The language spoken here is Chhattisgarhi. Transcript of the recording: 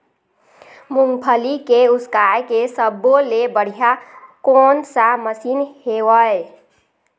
मूंगफली के उसकाय के सब्बो ले बढ़िया कोन सा मशीन हेवय?